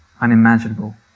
unimaginable